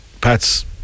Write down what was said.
Pats